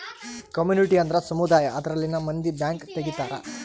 community ಅಂದ್ರ ಸಮುದಾಯ ಅದರಲ್ಲಿನ ಮಂದಿ ಬ್ಯಾಂಕ್ ತಗಿತಾರೆ